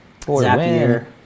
zapier